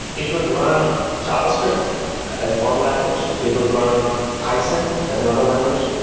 it would run javascript as one language. it would run python as another language.